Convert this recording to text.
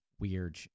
weird